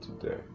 today